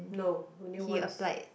no only once